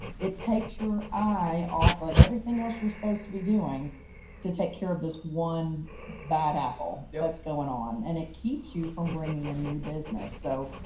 it takes your eye off of everything else you're supposed to be doing to take care of this one bad apple yeah that's going on and it keeps you from bringing a new business. so,